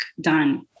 done